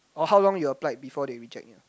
or how long you applied before they reject you